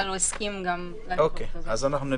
אבל הוא הסכים גם ל --- כן,